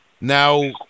Now